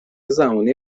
زمانی